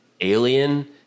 alien